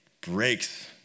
breaks